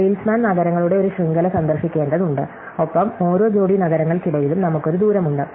salesman നഗരങ്ങളുടെ ഒരു ശൃംഖല സന്ദർശിക്കേണ്ടതുണ്ട് ഒപ്പം ഓരോ ജോഡി നഗരങ്ങൾക്കിടയിലും നമുക്ക് ഒരു ദൂരമുണ്ട്